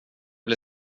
bli